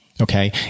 Okay